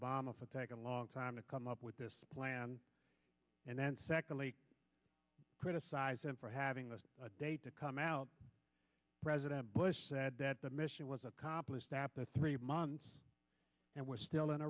for a long time to come up with this plan and then secondly criticize him for having a date to come out president bush said that the mission was accomplished at the three months and we're still in